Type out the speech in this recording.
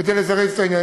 כדי לזרז את העניין.